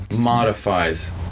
modifies